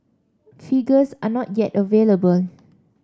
figures are not yet available